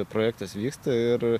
projektas vyksta ir